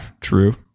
true